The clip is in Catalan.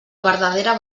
verdadera